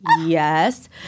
yes